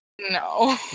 No